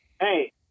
hey